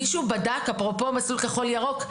מישהו בדק אפרופו מסלול כחול, ירוק,